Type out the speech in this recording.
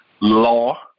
law